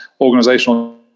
organizational